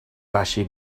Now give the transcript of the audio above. fâché